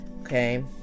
okay